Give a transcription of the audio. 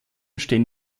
stehen